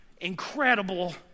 incredible